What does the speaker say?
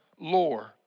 lore